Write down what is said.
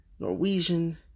Norwegian